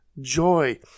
joy